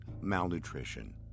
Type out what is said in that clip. malnutrition